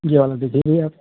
ये वाला देखिए भैया आप